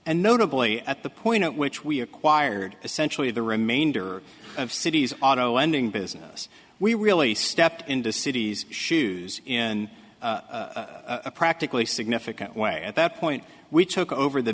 and notably at the point at which we acquired essentially the remainder of city's auto ending business we really stepped into city's shoes in a practically significant way at that point we took over the